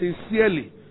sincerely